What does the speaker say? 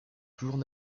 toujours